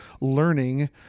learning